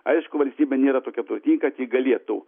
aišku valstybė nėra tokia turtinga kad ji galėtų